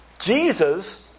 Jesus